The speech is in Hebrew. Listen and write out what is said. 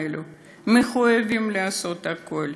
מחויבים לעשות הכול